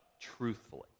truthfully